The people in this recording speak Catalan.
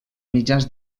mitjans